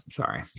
sorry